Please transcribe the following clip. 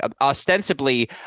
Ostensibly